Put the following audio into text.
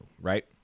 right